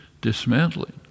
dismantling